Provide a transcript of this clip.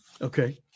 okay